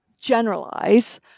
generalize